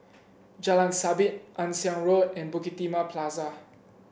Jalan Sabit Ann Siang Road and Bukit Timah Plaza